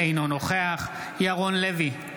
אינו נוכח ירון לוי,